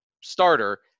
starter